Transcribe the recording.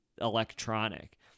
electronic